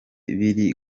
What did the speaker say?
biri